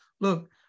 Look